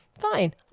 fine